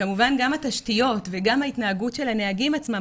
וכמובן גם התשתיות וגם ההתנהגות של הנהגים עצמם,